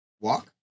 Walk